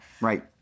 Right